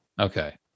Okay